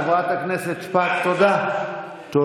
חברת הכנסת שפק, תודה.